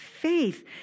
Faith